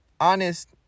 honest